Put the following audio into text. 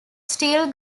steel